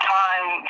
time